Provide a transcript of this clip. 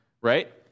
right